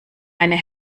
eine